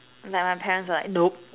like my parents were like nope